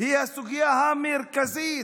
היא הסוגיה המרכזית.